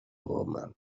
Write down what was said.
woman